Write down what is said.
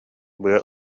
быа